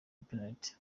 penaliti